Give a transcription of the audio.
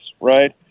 right